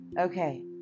okay